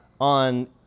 on